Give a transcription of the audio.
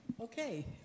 Okay